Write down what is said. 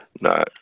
No